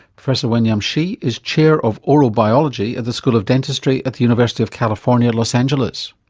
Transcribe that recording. professor wenyuan shi is chair of oral biology at the school of dentistry at the university of california, los angeles.